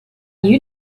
you